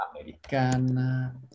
americana